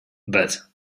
but